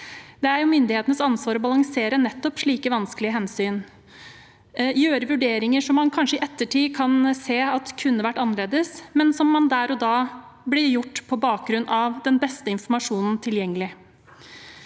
Det er myndighetenes ansvar å balansere nettopp slike vanskelige hensyn og gjøre vurderinger som man i ettertid kanskje kan se kunne vært annerledes, men som der og da ble gjort på bakgrunn av den beste informasjonen tilgjengelig.